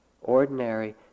ordinary